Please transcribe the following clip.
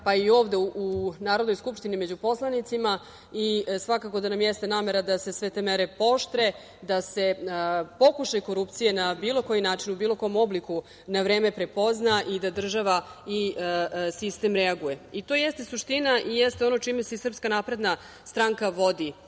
pa i ovde u Narodnoj skupštini među poslanicima. Svakako da nam je namera da se sve te mere pooštre, da se pokušaj korupcije na bilo koji način, u bilo kom obliku na vreme prepozna i da država i sistem reaguje. To jeste suština i jeste ono čime se i SNS vodi